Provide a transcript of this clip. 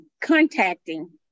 contacting